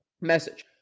message